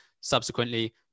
Subsequently